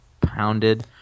Pounded